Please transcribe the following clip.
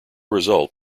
result